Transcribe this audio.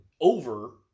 Over